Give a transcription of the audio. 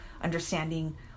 understanding